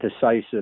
Decisive